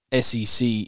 SEC